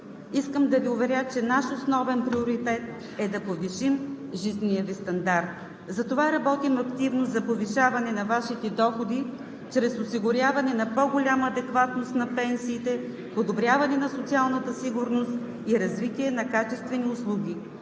Искам да Ви уверя, че наш основен приоритет е да повишим жизнения Ви стандарт. Затова работим активно за повишаване на Вашите доходи чрез осигуряване на по-голяма адекватност на пенсиите, подобряване на социалната сигурност и развитие на качествени услуги,